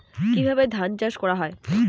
কিভাবে ধান চাষ করা হয়?